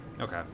Okay